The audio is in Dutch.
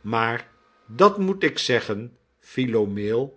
maar dat moet ik zeggen philomeel